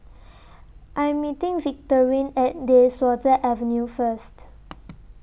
I Am meeting Victorine At De Souza Avenue First